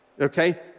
okay